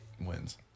wins